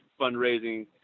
fundraising